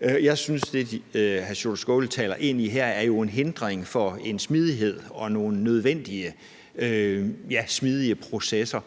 Jeg synes, at det, hr. Sjúrður Skaale taler ind i her, jo er en hindring for nogle smidige processer.